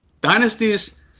Dynasties